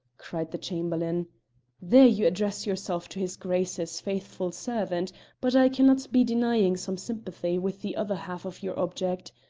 cried the chamberlain there you address yourself to his grace's faithful servant but i cannot be denying some sympathy with the other half of your object.